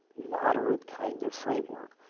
moderate kind of framework,